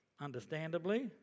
understandably